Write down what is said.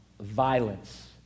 violence